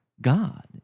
God